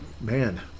man